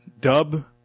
dub